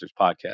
Podcast